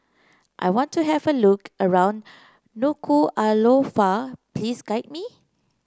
I want to have a look around Nuku'alofa please guide me